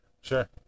Sure